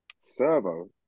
Servo